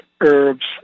herbs